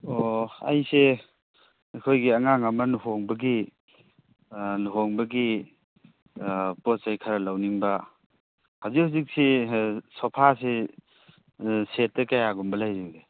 ꯑꯣ ꯑꯩꯁꯦ ꯑꯩꯈꯣꯏꯒꯤ ꯑꯉꯥꯡ ꯑꯃ ꯂꯨꯍꯣꯡꯕꯒꯤ ꯂꯨꯍꯣꯡꯕꯒꯤ ꯄꯣꯠꯆꯩ ꯈꯔ ꯂꯧꯅꯤꯡꯕ ꯍꯧꯖꯤꯛ ꯍꯧꯖꯤꯛꯁꯤ ꯁꯣꯐꯥꯁꯤ ꯁꯦꯠꯇ ꯀꯌꯥꯒꯨꯝꯕ ꯂꯩꯔꯤꯒꯦ